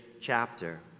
chapter